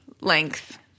length